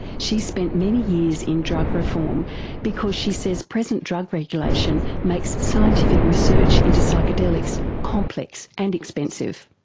she's spent many years in drug reform because she says present drug regulation makes scientific research into psychedelics complex and expensive.